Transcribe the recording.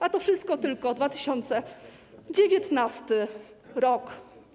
A to wszystko tylko 2019 r.